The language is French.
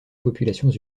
populations